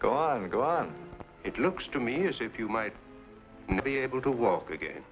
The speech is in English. go on go on it looks to me as if you might be able to walk again